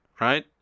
Right